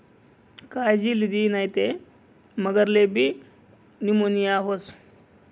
कायजी लिदी नै ते मगरलेबी नीमोनीया व्हस